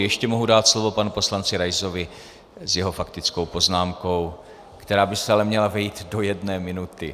Ještě mohu dát slovo panu poslanci Raisovi s jeho faktickou poznámkou, která by se ale měla vejít do jedné minuty.